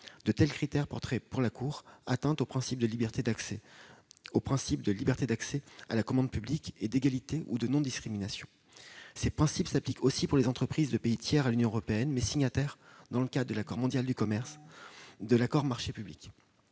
de tels critères porteraient atteinte aux principes de liberté d'accès à la commande publique et d'égalité ou de non-discrimination. Ces principes s'appliquent aussi pour les entreprises de pays tiers à l'Union européenne, mais signataires, dans le cadre de l'Organisation mondiale du commerce, de l'accord « marchés publics